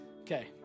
Okay